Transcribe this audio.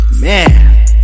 man